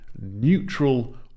neutral